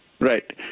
Right